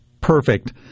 perfect